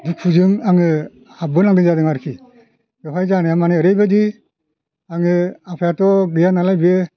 दुखुजों आङो हाब्बो नांदों जादों आरोखि बेवहाय जानाया मानि ओरैबायदि आङो आफायाथ' गैया नालाय बियो